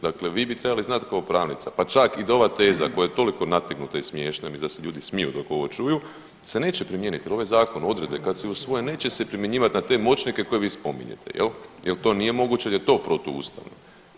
Dakle vi bi trebali znati kao pravnica, pa čak i da ova teza koja je toliko nategnuta i smiješna, ja mislim da se ljudi smiju dok ovo čuju, se neće promijeniti jer ovaj Zakon, odredbe kad se usvoje, neće se primjenjivati na te moćnike koje vi spominjete, je li, jer to nije moguće jer je to protuustavno.